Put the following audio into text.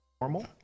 Normal